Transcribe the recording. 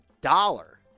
dollar